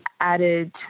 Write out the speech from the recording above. added